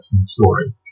story